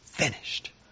finished